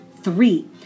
Three